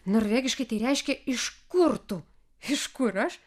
norvegiškai tai reiškia iš kur tu iš kur aš